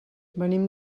venim